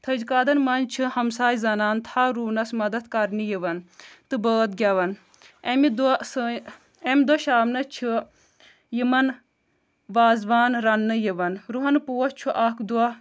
تھٔج کادن منٛز چھِ ہمساے زنان تھل رُونس مدد کرنہِ یِوان تہٕ بٲتھ گٮ۪وان امہِ دۄہ سٲنۍ امہِ دۄہ شامنس چھ یِمن واز وان رننہٕ یِوان رُہن پوش چھُ اکھ دۄہ